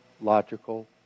logical